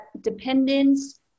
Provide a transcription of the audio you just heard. dependence